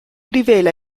rivela